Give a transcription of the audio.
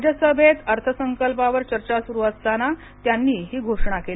राज्यसभेत अर्थसंकल्पावर चर्चा सुरू असताना त्यांनी हि घोषणा केली